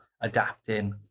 adapting